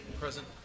Present